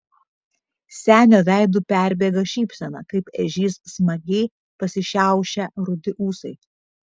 senio veidu perbėga šypsena kaip ežys smagiai pasišiaušę rudi ūsai